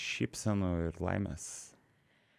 šypsenų ir laimės